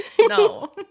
No